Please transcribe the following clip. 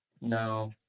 No